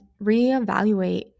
reevaluate